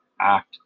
act